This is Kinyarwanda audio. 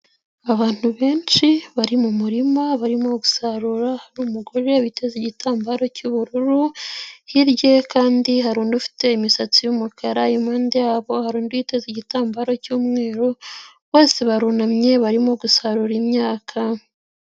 Abantu benshi bari mumuma barimo gusarura, hari umugore uteze igitambaro cy'ubururu, hirya kandi hari undi ufite imisatsi y'umukara, impande yabo hari undi yiteze igitambaro cy'umweru, bose barunamye barimo gusarura imyaka.